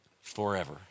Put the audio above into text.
Forever